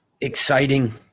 Exciting